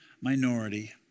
minority